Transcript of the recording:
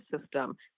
system